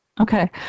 Okay